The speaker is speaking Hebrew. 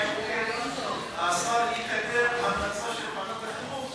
השר יקדם המלצה של ועדת החינוך,